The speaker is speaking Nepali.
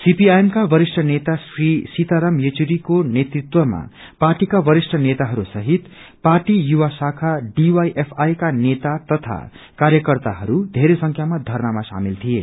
सीपीआइएम का वरिष्ठ नेता श्री सीमाराम येचुरीको नेतृत्वमा पार्टीका वरिष्ठ नेताहरू सहित पार्टी युवा शाखा डिवाईएफआई का नेता तथ कार्यकर्ताहरू बेरै संख्यामा धरनामा शामेल थिए